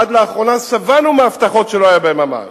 עד לאחרונה שבענו הבטחות שלא היה בהן ממש,